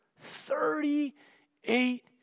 Thirty-eight